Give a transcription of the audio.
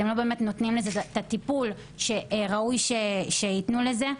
אתם לא באמת נותנים לזה את הטיפול שראוי שייתנו לזה,